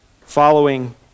following